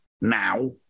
now